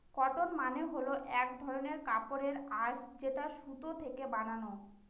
cotton মানে হল এক ধরনের কাপড়ের আঁশ যেটা সুতো থেকে বানানো